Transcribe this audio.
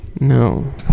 no